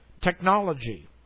technology